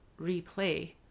replay